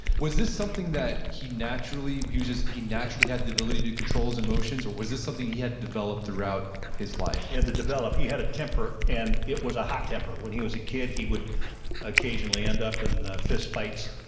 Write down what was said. was this something that he naturally, he just naturally had the ability to control his emotions? or was this something he had developed throughout his life? he had to develop, he had a temper, and it was a hot temper. when he was a kid he would occasionally end up in fistfights.